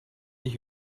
dich